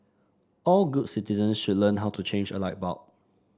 all good citizens should learn how to change a light bulb